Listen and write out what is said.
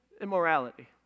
immorality